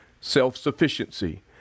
self-sufficiency